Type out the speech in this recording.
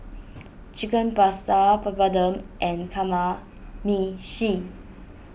Chicken Pasta Papadum and Kamameshi